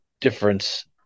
difference